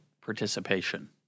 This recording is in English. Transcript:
participation